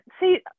See